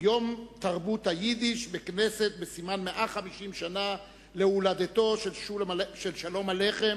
יום תרבות היידיש בכנסת בסימן 150 שנה להולדתו של שלום עליכם